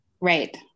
Right